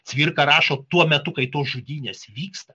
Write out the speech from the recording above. cvirka rašo tuo metu kai tos žudynės vyksta